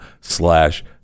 slash